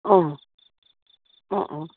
অঁ অঁ অঁ